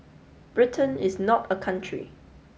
Britain is not a country